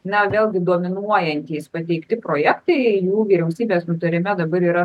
na vėlgi dominuojantys pateikti projektai jų vyriausybės nutarime dabar yra